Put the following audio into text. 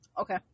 Okay